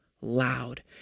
loud